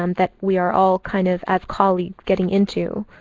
um that we are all kind of, as colleagues, getting into.